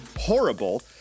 Horrible